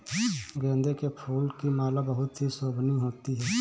गेंदे के फूल की माला बहुत ही शोभनीय होती है